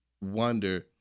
wonder